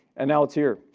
and now it's here.